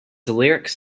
lyrics